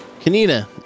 Kanina